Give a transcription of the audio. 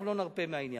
אנחנו לא נרפה מהעניין.